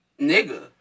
nigga